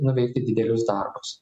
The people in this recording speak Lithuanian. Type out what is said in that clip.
nuveikti didelius darbus